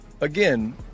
again